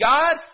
God